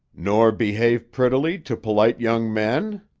nor behave prettily to polite young men?